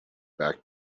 back